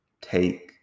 take